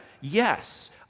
yes